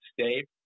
state